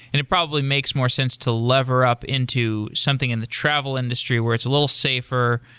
and it probably makes more sense to lever up into something in the travel industry, where it's a little safer,